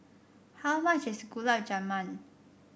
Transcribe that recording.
how much is Gulab Jamun